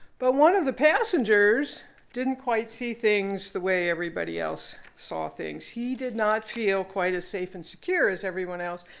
but one of the passengers didn't quite see things the way everybody else saw things. he did not feel quite as safe and secure as everyone else.